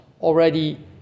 already